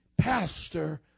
pastor